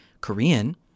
Korean